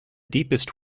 deepest